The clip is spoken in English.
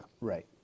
Right